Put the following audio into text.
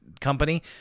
company